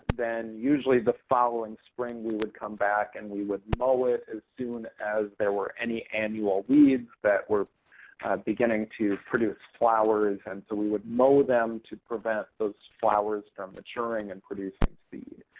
then usually the following spring we would come back and we would mow it as soon as there were any annual weeds that were beginning to produce flowers. and so we would mow them to prevent those flowers from maturing and producing seed.